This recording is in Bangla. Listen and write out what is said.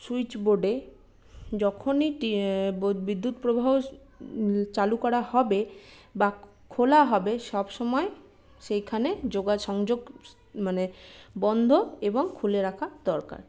স্যুইচ বোর্ডে যখনই বিদ্যুৎ প্রবাহ চালু করা হবে বা খোলা হবে সবসময় সেইখানে যোগা সংযোগ মানে বন্ধ এবং খুলে রাখা দরকার